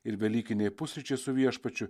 ir velykiniai pusryčiai su viešpačiu